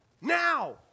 now